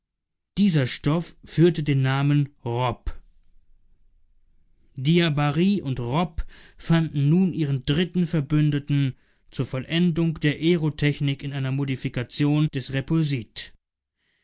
dieser stoff führte den namen rob diabarie und rob fanden nun ihren dritten verbündeten zur vollendung der aerotechnik in einer modifikation des